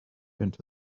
into